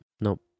nope